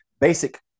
Basic